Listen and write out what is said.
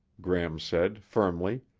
gram said firmly.